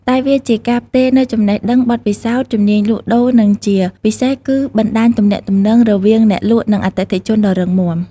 តែវាជាការផ្ទេរនូវចំណេះដឹង បទពិសោធន៍ ជំនាញលក់ដូរ និងជាពិសេសគឺបណ្ដាញទំនាក់ទំនង រវាងអ្នកលក់និងអតិថិជនដ៏រឹងមាំ។